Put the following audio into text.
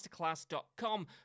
masterclass.com